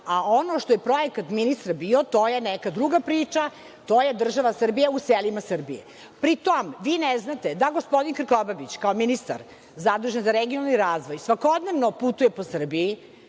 a ono što je projekat ministra bio, to je neka druga priča, to je država Srbija u selima Srbije. Pri tome, vi ne znate da gospodin Krkobabić, kao ministar zadužen za regionalni razvoj, svakodnevno putuje po Srbiji,